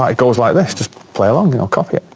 ah it goes like this, just play along and i'll copy it.